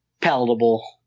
palatable